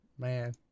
Man